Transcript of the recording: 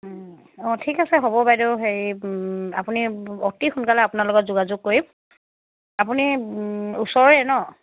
অঁ ঠিক আছে হ'ব বাইদেউ হেৰি আপুনি অতি সোনকালে আপোনাৰ লগত যোগাযোগ কৰিম আপুনি ওচৰৰে ন